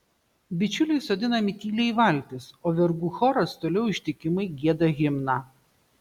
bičiuliai sodinami tyliai į valtis o vergų choras toliau ištikimai gieda himną